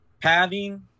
Padding